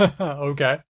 Okay